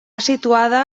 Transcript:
situada